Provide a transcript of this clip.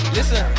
Listen